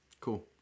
Cool